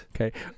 okay